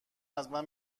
ازم